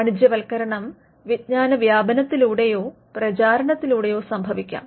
വാണിജ്യവത്ക്കരണം വിജ്ഞാന വ്യാപനത്തിലൂടെയോ പ്രചാരണത്തിലൂടെയോ സംഭവിക്കാം